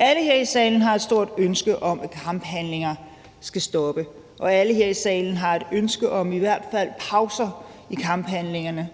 Alle her i salen har et stort ønske om, at kamphandlingerne skal stoppe, og alle her i salen har et ønske om, at der i hvert fald kommer pauser i kamphandlingerne.